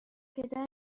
پدر